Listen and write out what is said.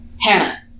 Hannah